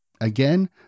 Again